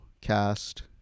cast